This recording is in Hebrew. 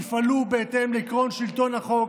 יפעלו בהתאם לכל שלטון החוק,